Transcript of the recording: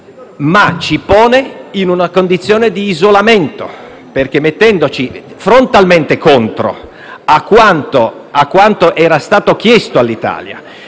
invece in una condizione d'isolamento, perché metterci frontalmente contro a quanto era stato chiesto all'Italia,